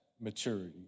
maturity